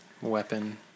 weapon